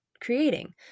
creating